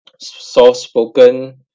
soft-spoken